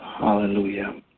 Hallelujah